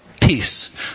peace